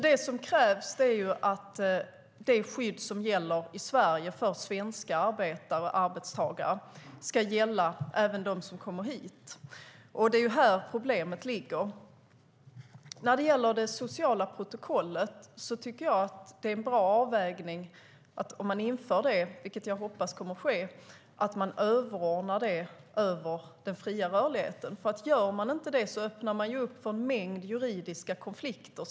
Det som krävs är att det skydd som gäller i Sverige för svenska arbetare och arbetstagare ska gälla även dem som kommer hit. Det är där problemet ligger. När det gäller det sociala protokollet tycker jag att det är en bra avvägning - om det införs, vilket jag hoppas - att det överordnas den fria rörligheten. Om man inte gör det öppnar man upp för en mängd juridiska konflikter.